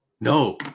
No